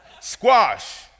Squash